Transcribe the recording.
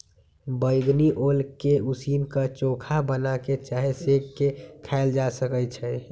बइगनी ओल के उसीन क, चोखा बना कऽ चाहे सेंक के खायल जा सकइ छै